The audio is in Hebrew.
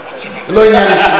זה לא עניין אישי.